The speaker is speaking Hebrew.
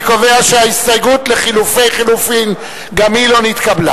אני קובע שההסתייגות לחלופי חלופין גם היא לא נתקבלה.